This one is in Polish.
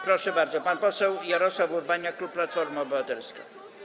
Proszę bardzo, pan poseł Jarosław Urbaniak, klub Platforma Obywatelska.